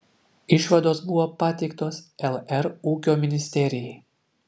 išvados buvo pateiktos lr ūkio ministerijai